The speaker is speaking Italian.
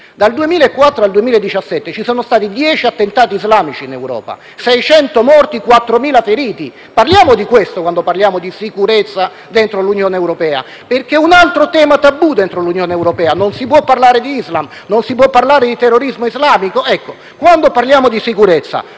dal 2004 al 2017 ci sono stati 10 attentati islamici in Europa, con 600 morti, 4.000 feriti. Parliamo di questo, quando parliamo di sicurezza dentro l'Unione europea, perché è un altro tema tabù all'interno dell'Unione europea: non si può parlare di islam, non si può parlare di terrorismo islamico.